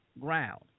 ground